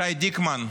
שי דיקמן,